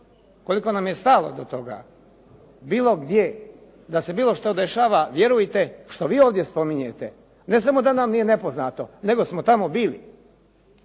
koliko nam je stalo do toga. Bilo gdje da se bilo što dešava vjerujte što vi ovdje spominjete ne samo da nam nije nepoznato nego smo tamo bili.